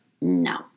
no